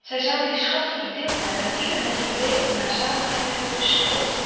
zij zou die schatten verdeeld hebben en ieder met de juweelen harer zaligheid hebben bestrooid